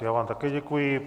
Já vám také děkuji.